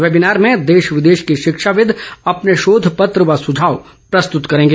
webinar में देश विदेश के शिक्षाविद अपने शोध पत्र व सुझाव प्रस्तुत करेंगे